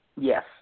Yes